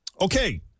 Okay